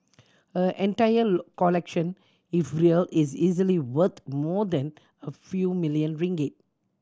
her entire collection if real is easily worth more than a few million ringgit